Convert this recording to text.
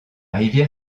rivière